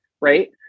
right